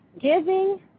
giving